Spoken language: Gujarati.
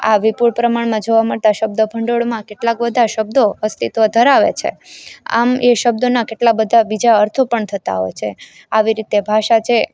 આ વિપુલ પ્રમાણમાં જોવા મળતા શબ્દ ભંડોળમાં કેટલાક બધા શબ્દો અસ્તિત્વ ધરાવે છે આમ એ શબ્દનાં કેટલા બધા બીજા અર્થો પણ થતાં હોય છે આવી રીતે ભાષા છે